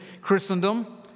Christendom